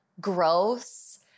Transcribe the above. gross